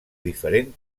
diferent